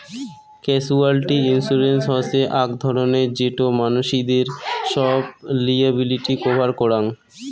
casualty insurance হসে আক ধরণের যেটো মানসিদের সব লিয়াবিলিটি কভার করাং